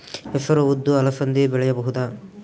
ಹೆಸರು ಉದ್ದು ಅಲಸಂದೆ ಬೆಳೆಯಬಹುದಾ?